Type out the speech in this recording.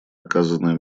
оказанное